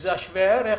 שזה השווה ערך,